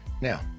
Now